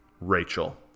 Rachel